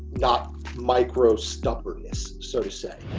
not micro stubbornness. so to say.